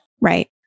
Right